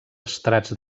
estrats